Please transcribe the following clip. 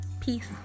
peace